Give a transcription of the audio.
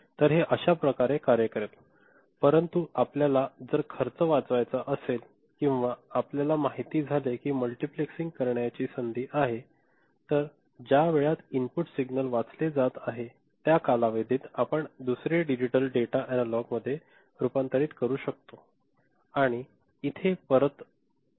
तर हे अश्याप्रकारे कार्य करेल परंतु आपल्याला जर खर्च वाचवायचा असेल किंवा आपल्याला माहिती झाले कि मल्टिप्लेक्सिंग करण्याची संधी आहे तर ज्या वेळात इनपुट सिग्नल वाचले जात आहे त्या कालावधीत आपण दुसरे डिजिटल डेटा एनालॉग मध्ये रूपांतरित करू शकता आणि इथे परत या